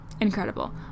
incredible